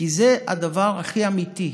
כי זה הדבר הכי אמיתי,